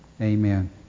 Amen